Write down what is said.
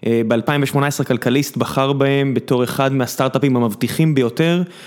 ב-2018 כלכליסט בחר בהם בתור אחד מהסטארט-אפים המבטיחים ביותר.